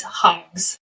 hogs